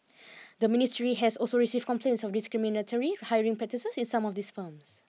the ministry has also received complaints of discriminatory hiring practices in some of these firms